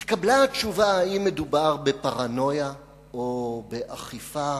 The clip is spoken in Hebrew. התקבלה תשובה אם מדובר בפרנויה או באכיפה